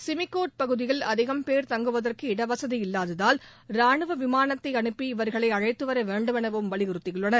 சிமிகோட் பகுதியில் அதிகம் போ் தங்குவதற்கு இட வசதி இல்லாததால் ரானுவ விமானத்தை அனுப்பி இவர்களை அழைத்து வர வேண்டும் எனவும் வலியுறுத்தியுள்ளனர்